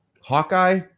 Hawkeye